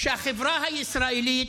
שהחברה הישראלית,